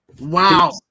Wow